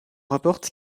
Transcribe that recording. rapporte